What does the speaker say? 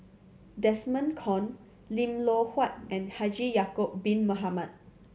Desmond Kon Lim Loh Huat and Haji Ya'acob Bin Mohamed